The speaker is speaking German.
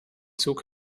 zug